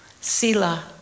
Sila